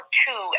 two